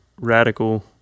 radical